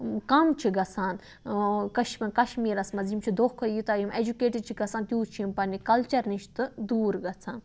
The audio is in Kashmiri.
کَم چھِ گَژھان کش مہ کَشمیٖرَس مَنٛز یِم چھِ دۄہ کھۄتہٕ دۄہ یوٗتاہ یِم ایٚجُکیٹِڈ چھِ گَژھان تیوٗت چھِ یِم پَننہِ کَلچَر نِش تہٕ دوٗر گَژھان